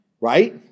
right